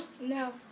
No